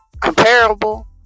comparable